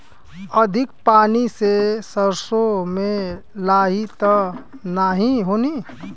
अधिक पानी से सरसो मे लाही त नाही होई?